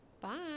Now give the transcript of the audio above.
Bye